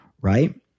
right